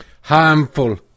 Harmful